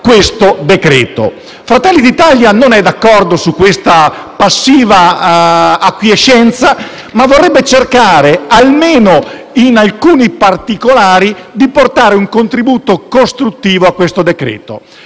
questo decreto-legge. Fratelli d'Italia non è d'accordo su questa passiva acquiescenza, ma vorrebbe cercare, almeno in alcuni particolari, di portarvi un contributo costruttivo. Mi rivolgo